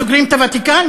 סוגרים את הוותיקן?